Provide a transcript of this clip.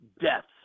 deaths